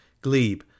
Glebe